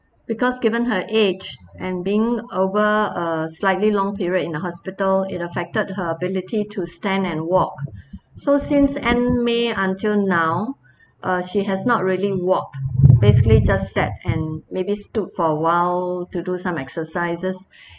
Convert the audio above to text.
because given her age and being over a slightly long period in a hospital it affected her ability to stand and walk so since end may until now uh she has not really walked basically just sat and maybe stood for a while to do some exercises